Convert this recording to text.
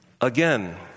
Again